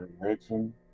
Religion